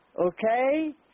Okay